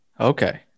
Okay